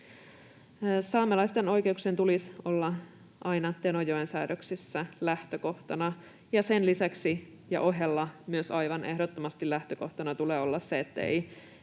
Saamelaisten oikeuksien tulisi olla aina Tenojoen säädöksissä lähtökohtana. Sen lisäksi ja ohella aivan ehdottomasti lähtökohtana tulee olla myös se, että